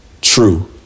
true